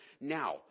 now